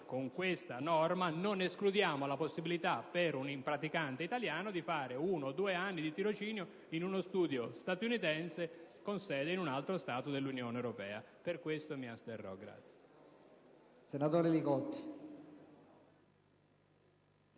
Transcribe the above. con questa norma non escludiamo la possibilità per un praticante italiano di fare uno o due anni di tirocinio in uno studio statunitense con sede in un altro Stato dell'Unione europea. Per questo mi asterrò. [LI